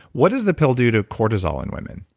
what does the pill do to cortisol in women?